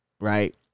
right